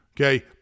Okay